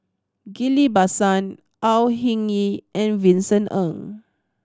Ghillie Basan Au Hing Yee and Vincent Ng